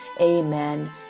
Amen